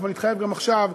ואני אתחייב גם עכשיו,